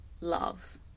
love